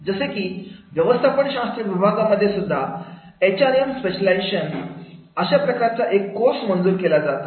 जसे की व्यवस्थापन शास्त्र विभागामध्ये सुद्धा एच आर एम स्पेशलायझेशन अशा प्रकारचा एक विशिष्ट कोर्स मंजूर केला जात आहे